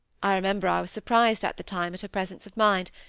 i remember i was surprised at the time at her presence of mind,